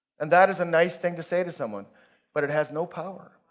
and that is a nice thing to say to someone but it has no power.